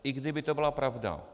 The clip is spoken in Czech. I kdyby to byla pravda.